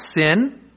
sin